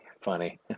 Funny